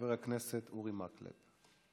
חבר הכנסת אורי מקלב.